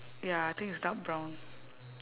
ya I think it's dark brown